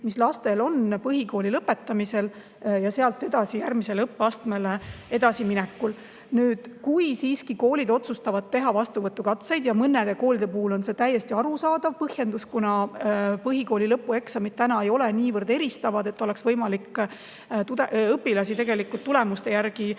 mis lastel on põhikooli lõpetamisel ja sealt edasi järgmisele õppeastmele edasiminekul. Nüüd, kui siiski koolid otsustavad teha vastuvõtukatseid, ja mõnede koolide puhul on see täiesti arusaadav soov, kuna põhikooli lõpueksamid ei ole säärased, et oleks võimalik õpilasi tulemuste järgi